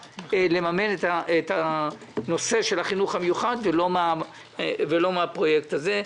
לממן את הנושא של החינוך המיוחד ולא מהפרויקט הזה.